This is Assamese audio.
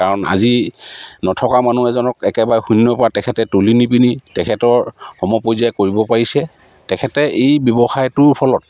কাৰণ আজি নথকা মানুহ এজনক একেবাৰে শূন্যৰপৰা তেখেতে তুলি নি পিনি তেখেতৰ সমপৰ্যায় কৰিব পাৰিছে তেখেতে এই ব্যৱসায়টোৰ ফলত